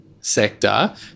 sector